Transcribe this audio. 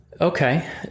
okay